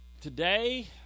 Today